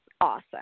awesome